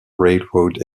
railroad